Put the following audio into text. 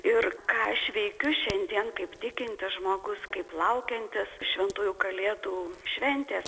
ir ką aš veikiu šiandien kaip tikintis žmogus kaip laukiantis šventųjų kalėdų šventės